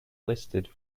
listed